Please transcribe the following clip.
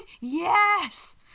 Yes